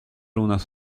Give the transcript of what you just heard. unos